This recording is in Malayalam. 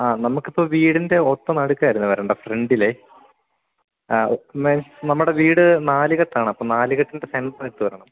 ആ നമുക്കിപ്പോള് വീടിൻ്റെ ഒത്ത നടുക്കായിരുന്നു വരേണ്ടത് ഫ്രണ്ടിലെ ആ പിന്നെ നമ്മുടെ വീട് നാലുകെട്ടാണ് അപ്പോള് നാലുകെട്ടിൻ്റെ സെൻ്ററായിട്ടുവരണം